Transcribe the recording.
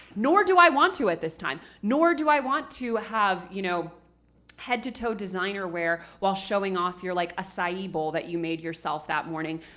nor do i want to at this time, nor do i want to have you know head to toe designer wear while showing off your like so acai bowl that you made yourself that morning.